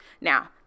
Now